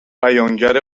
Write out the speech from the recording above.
بیانگر